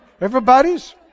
everybody's